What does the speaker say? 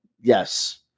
Yes